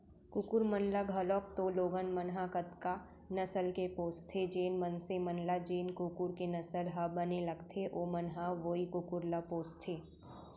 कुकुर मन ल घलौक तो लोगन मन ह कतका नसल के पोसथें, जेन मनसे मन ल जेन कुकुर के नसल ह बने लगथे ओमन ह वोई कुकुर ल पोसथें